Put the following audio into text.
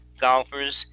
Golfers